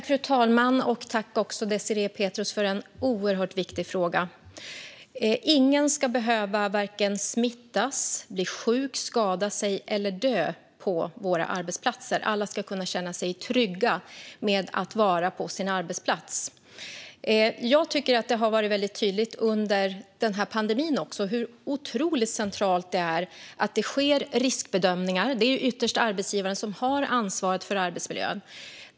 Fru talman! Tack, Désirée Pethrus, för en oerhört viktig fråga! Ingen ska behöva smittas, bli sjuk, skada sig eller dö på våra arbetsplatser. Alla ska kunna känna sig trygga med att vara på sin arbetsplats. Jag tycker att det har varit väldigt tydligt under pandemin hur otroligt centralt det är att det sker riskbedömningar. Det är ytterst arbetsgivaren som har ansvaret för arbetsmiljön.